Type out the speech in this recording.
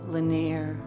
Lanier